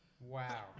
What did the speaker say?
Wow